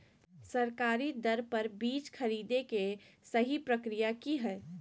सरकारी दर पर बीज खरीदें के सही प्रक्रिया की हय?